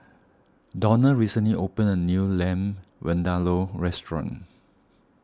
Donald recently opened a new Lamb Vindaloo restaurant